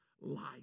life